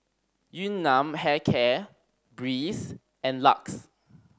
Yun Nam Hair Care Breeze and LUX